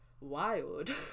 wild